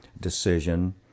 decision